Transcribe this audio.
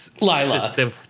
Lila